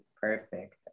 perfect